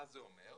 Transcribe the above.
מה זה אומר?